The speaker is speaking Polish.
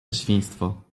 świństwo